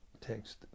Text